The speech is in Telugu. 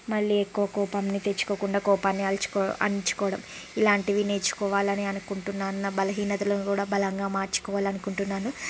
మళ్ళీ ఎక్కువ కోపాన్ని తెచ్చుకోకుండా కోపాన్ని అణచుకో అణచుకోవడం ఇలాంటివి నేర్చుకోవాలని అనుకుంటున్నాను నా బలహీనతలను కూడా బలంగా మార్చుకోవాలని అనుకుంటున్నాను